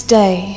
day